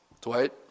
Dwight